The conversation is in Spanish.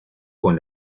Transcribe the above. con